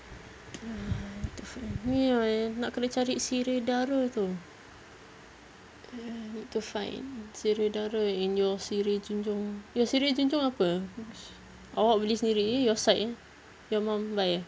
different ni wr~ nak kena cari sirih dara tu ya need to find sirih dara and your sirih junjung your sirih junjung apa awak beli sendiri eh your side punya your mum buy ah